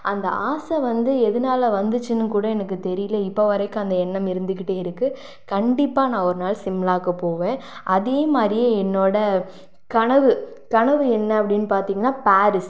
அந்த ஆசை வந்து எதனால வந்துச்சுன்னு கூட எனக்கு தெரியல இப்போ வரைக்கும் அந்த எண்ணம் இருந்துகிட்டே இருக்கு கண்டிப்பாக நான் ஒரு நாள் சிம்லாக்கு போவேன் அதேமாதிரியே என்னோட கனவு கனவு என்ன அப்படின்னு பார்த்திங்கன்னா பாரிஸ்